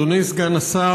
אדוני סגן השר,